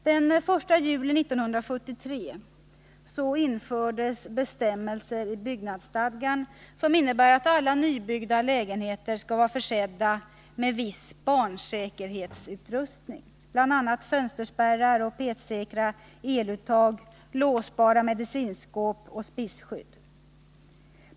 Den 1 juli 1973 infördes bestämmelser i byggnadsstadgan som går ut på att alla nybyggda lägenheter skall vara försedda med viss barnsäkerhetsutrustning, bl.a. fönsterspärrar, petsäkra eluttag, låsbart medicinskåp och spisskydd.